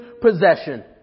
possession